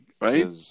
right